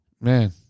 Man